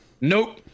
Nope